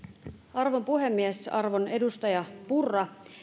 arvon puhemies arvon edustaja purra